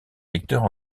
lecteurs